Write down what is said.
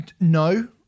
No